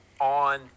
on